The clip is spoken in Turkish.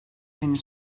henüz